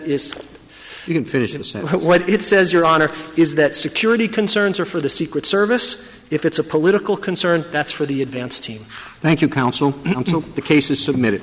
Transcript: is you can finish it and what it says your honor is that security concerns are for the secret service if it's a political concern that's for the advance team thank you counsel the case is submitted